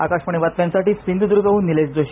आकाशवाणी बातम्यांसाठी सिंधुदुर्गहून निलेश जोशी